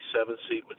seven-seat